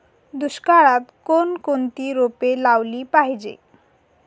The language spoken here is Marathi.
दुष्काळात कोणकोणती रोपे लावली पाहिजे?